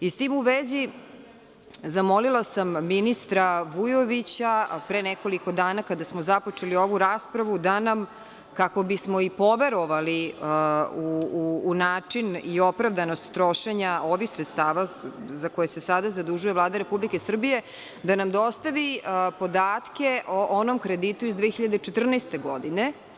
S tim u vezi, zamolila sam ministra Vujovića pre nekoliko dana, kada smo započeli ovu raspravu, da nam, kako bismo i poverovali u način i opravdanost trošenja ovih sredstava za koje se sada zadužuje Vlada RS, da nam dostavi podatke o onom kreditu iz 2014. godine.